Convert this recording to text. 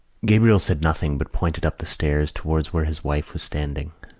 gabriel said nothing but pointed up the stairs towards where his wife was standing.